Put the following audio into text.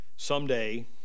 someday